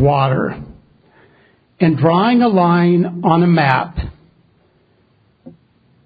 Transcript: water and drawing a line on a map